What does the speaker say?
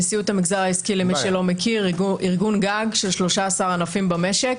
נשיאות המגזר העסקי היא ארגון גג של 13 ענפים במשק,